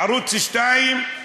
ערוץ 2,